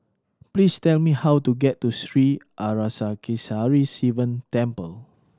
please tell me how to get to Sri Arasakesari Sivan Temple